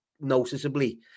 noticeably